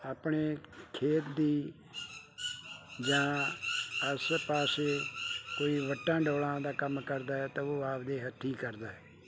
ਆਪਣੇ ਖੇਤ ਦੀ ਜਾਂ ਆਸੇ ਪਾਸੇ ਕੋਈ ਵੱਟਾਂ ਡੋਲਾਂ ਦਾ ਕੰਮ ਕਰਦਾ ਹੈ ਤਾਂ ਉਹ ਆਪਦੇ ਹੱਥੀਂ ਕਰਦਾ ਹੈ